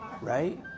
right